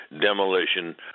demolition